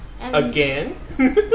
Again